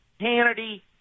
Hannity